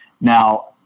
Now